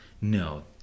No